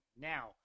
Now